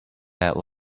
that